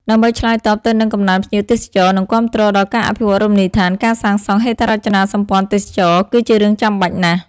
ដើម្បីឆ្លើយតបទៅនឹងកំណើនភ្ញៀវទេសចរ និងគាំទ្រដល់ការអភិវឌ្ឍន៍រមណីយដ្ឋាន ការសាងសង់ ហេដ្ឋារចនាសម្ព័ន្ធទេសចរណ៍ គឺជារឿងចាំបាច់ណាស់។